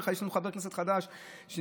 יש לנו חבר כנסת חדש שנכנס,